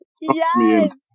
yes